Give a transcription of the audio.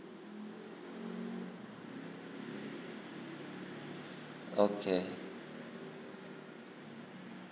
okay